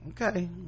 Okay